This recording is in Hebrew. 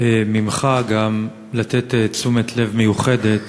ממך גם לתת תשומת לב מיוחדת